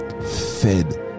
fed